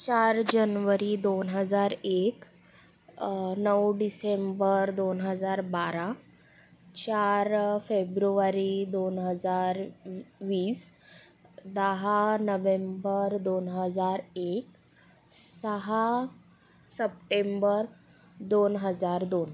चार जनवरी दोन हजार एक नऊ डिसेंबर दोन हजार बारा चार फेब्रुवारी दोन हजार वीस दहा नवेंबर दोन हजार एक सहा सप्टेंबर दोन हजार दोन